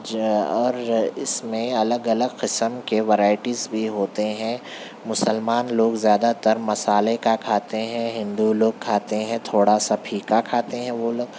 جا اور اس میں الگ الگ قسم کے ورائٹیز بھی ہوتے ہیں مسلمان لوگ زیادہ تر مسالے کا کھاتے ہیں ہندو لوگ کھاتے ہیں تھوڑا سا پھیکا کھاتے ہیں وہ لوگ